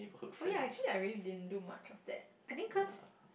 oh ya actually I really didn't do much of that I think cause